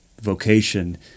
vocation